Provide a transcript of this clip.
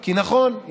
כי נכון,